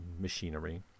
machinery